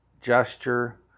gesture